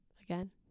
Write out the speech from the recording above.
again